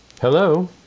Hello